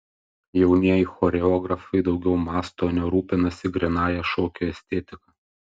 jaunieji choreografai daugiau mąsto o ne rūpinasi grynąja šokio estetika